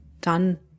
done